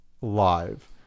live